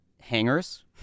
hangers